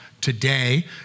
today